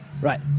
Right